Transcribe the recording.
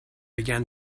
began